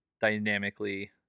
dynamically